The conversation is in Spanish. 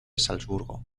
salzburgo